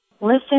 listen